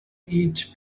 eat